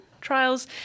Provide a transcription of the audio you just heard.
trials